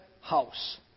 house